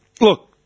Look